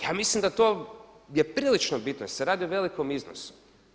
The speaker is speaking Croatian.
Ja mislim da to je prilično bitno jer se radi o velikom iznosu.